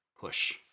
Push